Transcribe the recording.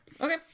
Okay